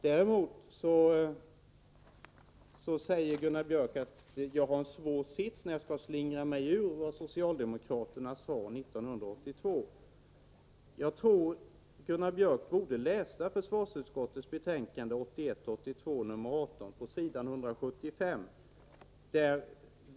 Däremot säger Gunnar Björk att jag har en svår sits när jag skall slingra mig ifrån vad socialdemokraterna sade 1982. Jag tror att Gunnar Björk borde läsa försvarsutskottets betänkande 1981/82:18, s. 175.